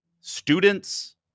Students